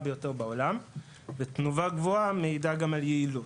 ביותר בעולם ותנובה גבוהה מעידה גם על יעילות.